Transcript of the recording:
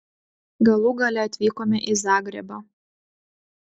galų gale atvykome į zagrebą